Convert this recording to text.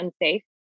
unsafe